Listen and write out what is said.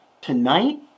Tonight